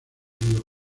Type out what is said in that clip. río